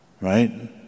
right